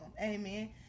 amen